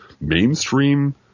mainstream